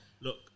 Look